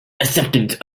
acceptance